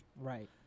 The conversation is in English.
Right